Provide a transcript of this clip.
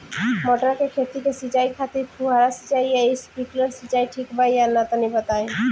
मटर के खेती के सिचाई खातिर फुहारा सिंचाई या स्प्रिंकलर सिंचाई ठीक बा या ना तनि बताई?